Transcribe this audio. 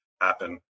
happen